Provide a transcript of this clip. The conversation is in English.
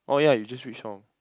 oh ya you just reach home